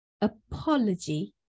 Apology